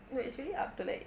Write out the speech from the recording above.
it's actually up to like